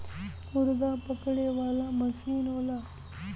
मुरगा पकड़े वाला मसीन होला